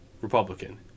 Republican